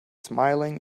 smiling